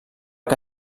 que